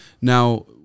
Now